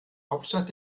hauptstadt